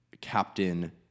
Captain